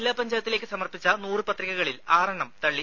ജില്ലാ പഞ്ചായത്തിലേക്ക് സമർപ്പിച്ച നൂറ് പത്രികകളിൽ ആറെണ്ണം തള്ളി